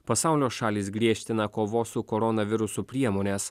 pasaulio šalys griežtina kovos su koronavirusu priemones